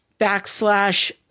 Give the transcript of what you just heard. backslash